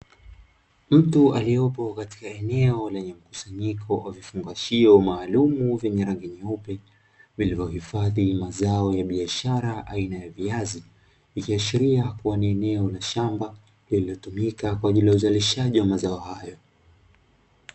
Mtu aliyepo katika eneo lenye mkusanyiko wa vifungashio maalumu vyenye rangi nyeupe, vilivyohifadhi mazao ya biashara aina ya viazi, ikiashiria kuwa ni eneo la shamba lililotumika kwa ajili ya uzalishaji wa mazao hayo.